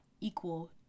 equal